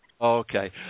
Okay